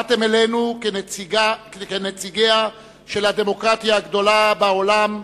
באתם אלינו כנציגיה של הדמוקרטיה הגדולה בעולם,